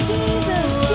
Jesus